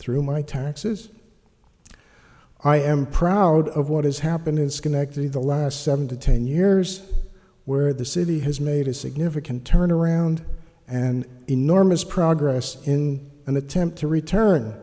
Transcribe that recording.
through my taxes i am proud of what has happened in schenectady the last seven to ten years where the city has made a significant turnaround and enormous progress in an attempt to return